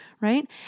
right